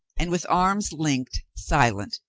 and with arms linked, silent,